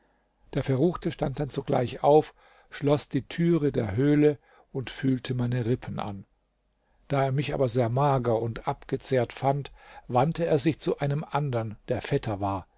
der verruchte stand dann sogleich auf schloß die türe der höhle und fühlte meine rippen an da er mich aber sehr mager und abgezehrt fand wandte er sich zu einem andern der fetter war